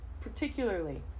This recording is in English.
particularly